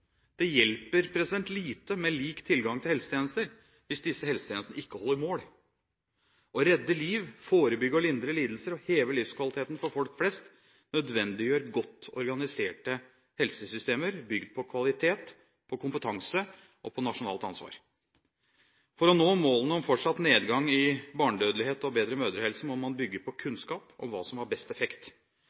Det hjelper lite med lik tilgang til helsetjenester hvis disse helsetjenestene ikke holder mål. Å redde liv, forebygge og lindre lidelser og heve livskvaliteten for folk flest nødvendiggjør godt organiserte helsesystemer bygd på kvalitet, kompetanse og nasjonalt ansvar. For å nå målene om fortsatt nedgang i barnedødelighet og bedre mødrehelse må man bygge på kunnskap om hva som har best effekt.